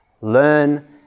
Learn